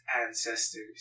ancestors